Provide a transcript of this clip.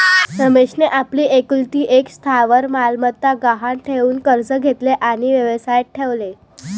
रमेशने आपली एकुलती एक स्थावर मालमत्ता गहाण ठेवून कर्ज घेतले आणि व्यवसायात ठेवले